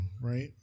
right